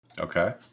okay